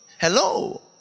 Hello